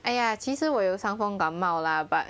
哎呀其实我有伤风感冒 lah but